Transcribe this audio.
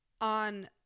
on